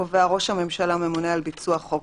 קובע: ראש הממשלה ממונה על ביצוע חוק